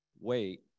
wait